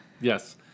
Yes